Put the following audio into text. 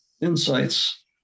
insights